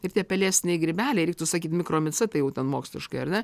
ir tie pelėsiniai grybeliai reiktų sakyti mikromicetai moksliškai ar ne